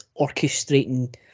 orchestrating